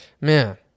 Man